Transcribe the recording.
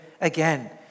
again